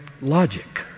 logic